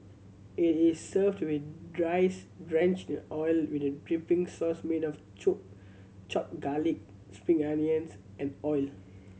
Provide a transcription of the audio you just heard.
it is served with rice drenched in oil with a dipping sauce made of chopped garlic spring onions and oil